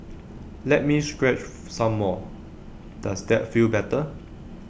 let me scratch some more does that feel better